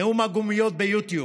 "נאום הגומיות" ביוטיוב,